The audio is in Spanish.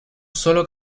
sólo